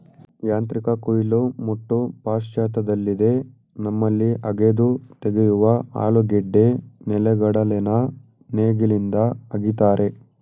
ಯಾಂತ್ರಿಕ ಕುಯಿಲು ಮುಟ್ಟು ಪಾಶ್ಚಾತ್ಯದಲ್ಲಿದೆ ನಮ್ಮಲ್ಲಿ ಅಗೆದು ತೆಗೆಯುವ ಆಲೂಗೆಡ್ಡೆ ನೆಲೆಗಡಲೆನ ನೇಗಿಲಿಂದ ಅಗಿತಾರೆ